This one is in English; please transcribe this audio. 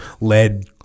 lead